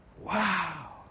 Wow